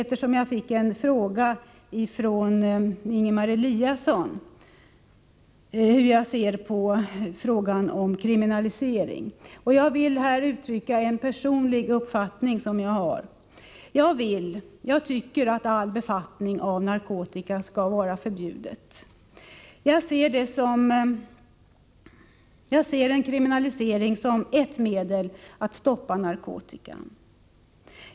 Eftersom jag fick en fråga från Ingemar Eliasson om hur jag ser på frågan om kriminalisering, vill jag här uttrycka en personlig uppfattning. Jag tycker att all befattning med narkotika skall vara förbjuden. Jag ser en kriminalisering som ett medel att stoppa narkotikan.